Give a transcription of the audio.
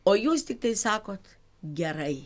o jūs tiktai sakot gerai